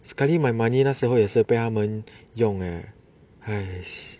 sekali my money 那时候也是被他们用 leh